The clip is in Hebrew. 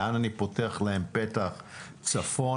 לאן אני פותח להם פתח צפונה.